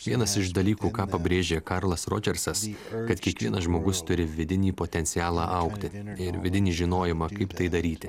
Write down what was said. vienas iš dalykų ką pabrėžė karlas rodžersas kad kiekvienas žmogus turi vidinį potencialą augti ir vidinį žinojimą kaip tai daryti